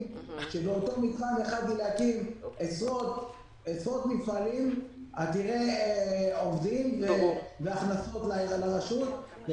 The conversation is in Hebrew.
שבאותו מתחם יכולתי להקים עשרות מפעלים עתירי עובדים והכנסות לרשות,